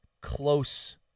close